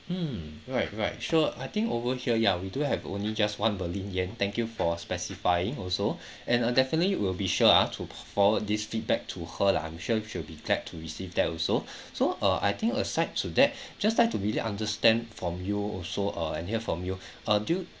hmm right right sure I think over here yeah we do have only just one pearlyn yan thank you for specifying also and uh definitely will be sure ah to forward this feedback to her lah I'm sure she'll be glad to receive that also so uh I think aside to that just like to really understand from you also uh and hear from you uh do you